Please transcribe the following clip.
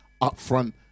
upfront